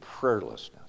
Prayerlessness